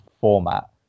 format